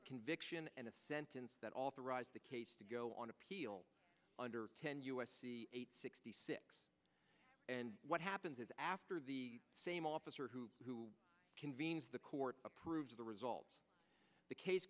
a conviction and a sentence that authorized the case to go on appeal under ten u s c eight sixty six and what happens is after the same officer who convenes the court approves of the results the case